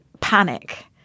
panic